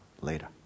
later